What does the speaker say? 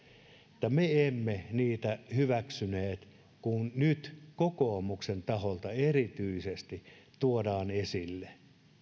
että me emme niitä hyväksyneet nyt kokoomuksen taholta erityisesti tuodaan esille